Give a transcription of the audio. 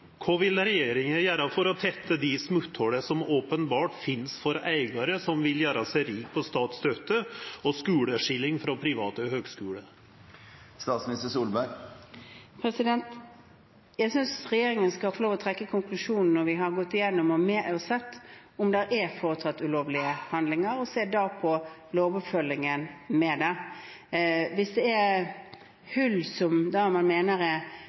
vil regjeringa gjera for å tetta dei smotthola som openbert finst, for eigarar som vil gjera seg rike på statsstøtte og skulepengar frå private høgskular? Jeg synes regjeringen skal få lov til å trekke konklusjonene når vi har gått igjennom og sett om det er foretatt ulovlige handlinger, og da se mer på lovoppfølgingen. Hvis det er hull som man mener er lovlige, men som vi ikke liker, må vi regulere det. Er